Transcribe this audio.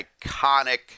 iconic